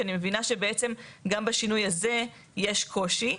שאני מבינה שבעצם גם בשינוי הזה יש קושי.